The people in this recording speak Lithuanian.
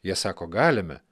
jie sako galime